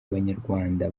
abanyarwanda